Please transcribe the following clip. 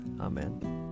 Amen